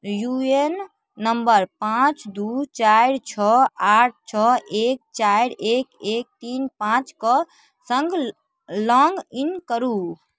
U A N number पाँच दू चारि छओ आठ छओ एक चारि एक एक तीन पाँच कऽ सङ्ग लॉग ईन करू